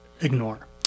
ignore